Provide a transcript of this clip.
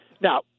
Now